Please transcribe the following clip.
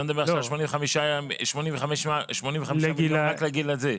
אתה מדבר עכשיו על 85 מיליון רק לגיל הזה.